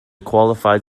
qualified